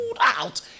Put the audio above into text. out